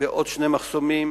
בעוד שני מחסומים,